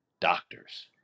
doctors